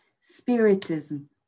spiritism